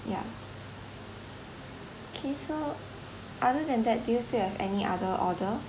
ya K so other than that do you still have any other order